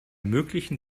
möglichen